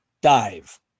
dive